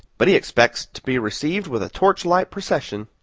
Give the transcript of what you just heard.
but he expects to be received with a torchlight procession.